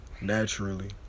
naturally